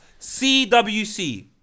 CWC